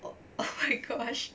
oh my gosh